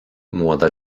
młoda